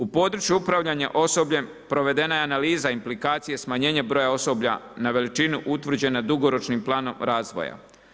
U području upravljanja osobljem provedena je analiza implikacije smanjenje broja osoblja na veličinu utvrđenu dugoročnim planom razvoja.